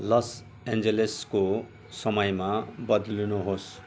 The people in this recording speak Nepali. लस एन्जलेसको समयमा बद्लिनुहोस्